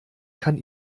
kann